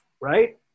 right